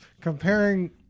comparing